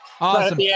awesome